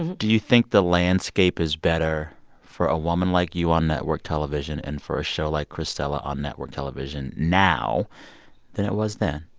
do you think the landscape is better for a woman like you on network television and for a show like cristela on network television now than it was then?